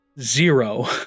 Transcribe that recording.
zero